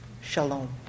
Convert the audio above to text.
Shalom